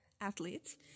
Athletes